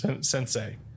sensei